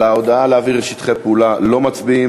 על ההודעה להעביר שטחי פעולה לא מצביעים.